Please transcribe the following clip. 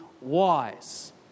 wise